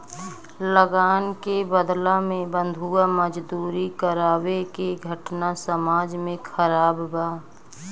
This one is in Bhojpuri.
लगान के बदला में बंधुआ मजदूरी करावे के घटना समाज में खराब बा